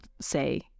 say